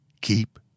Keep